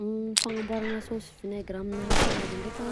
Fanaboarana sauce vinaigre amina salady ndreka